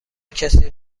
کسی